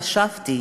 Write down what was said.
חשבתי